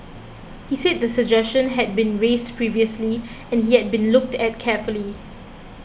he said the suggestion had been raised previously and yet been looked at carefully